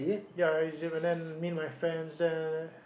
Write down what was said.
ya Egypt and then meet my friends there